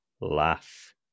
laugh